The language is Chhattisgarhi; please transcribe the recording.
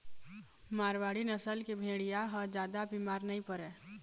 मारवाड़ी नसल के भेड़िया ह जादा बिमार नइ परय